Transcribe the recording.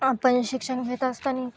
आपण शिक्षण घेत असताना